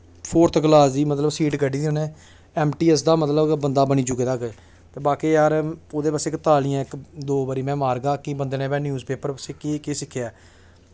fourth class दी मतलब seat कड्ढी दी उ'न्ने एम टी एस दा मतलब बंदा बनी चुके दा ते बाकी यार ओह्दे बास्तै तालियां दो बारी में मारगा कि बंदे ने न्यूज़ पेपर पर केह् केह् सिक्खेआ